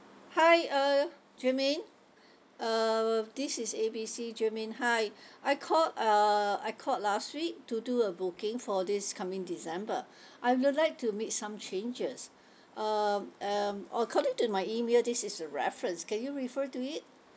hi uh jermaine uh this is A B C jermaine hi I called uh I called last week to do a booking for this coming december I would like to make some changes um um according to my email this is a reference can you refer to it